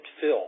fill